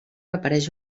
apareix